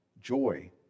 joy